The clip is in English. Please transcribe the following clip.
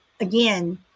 again